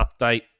update